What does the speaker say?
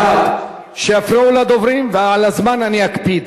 שיפריעו לדוברים, ועל הזמן אני אקפיד.